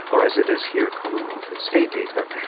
or as it is here, commonwealth and state data,